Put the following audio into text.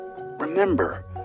Remember